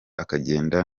akagenda